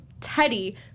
Teddy